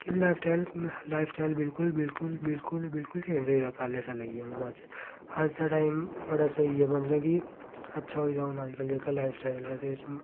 कि lifestyle lifestyle बिलकुल बिलकुल बिलकुल बिलकुल चेंज होई गेदा पैह्ले शां लेइयै हून अज्ज अज्ज दा टाइम बड़ा स्हेई ऐ मतलब कि अच्छा होई गेदा हून अज्जकल जेह्का लाइफ स्टाइल ऐ एह्दे बिच्च